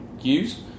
use